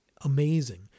amazing